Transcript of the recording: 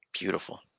Beautiful